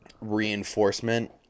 reinforcement